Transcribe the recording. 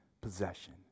possession